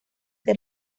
que